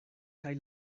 kaj